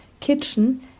Kitchen